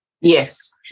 Yes